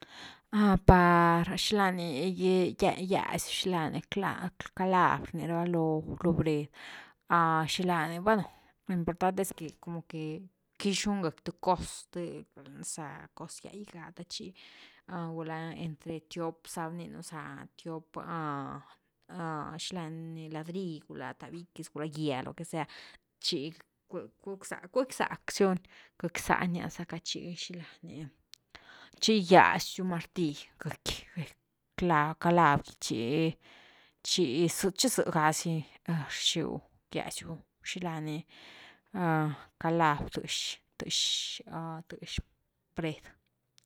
Par xila ni giaz-giaz calav rni raba lo bred, xilani, bueno lo importante es que como que quixu ni gecki th cos, rth za cos gya’gy ah te chi, gula entre tiop za rninu za tiop, xila ni ladrill gula tabiques gula gye lo que sea chi, cuëcky-cuëcky zack siuni gëckzani ah chi zilani chi gygiasiu matill gëcki calav-calav gy chi ze, zega si rxiu gigiasiu xini lani calav tex-tex bred.